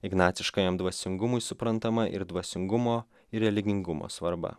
ignaciškajam dvasingumui suprantama ir dvasingumo ir religingumo svarba